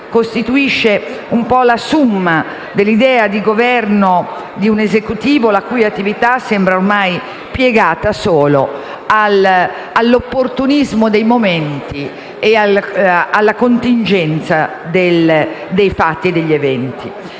costituisce un po' la *summa* dell'idea di Governo, di un Esecutivo la cui attività sembra ormai piegata solo all'opportunismo del momento e alla contingenza dei fatti e degli eventi.